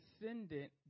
descendant